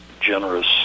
generous